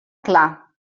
clar